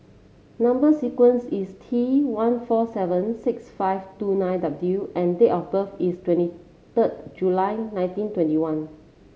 number sequence is T one four seven six five two nine W and date of birth is twenty third July nineteen twenty one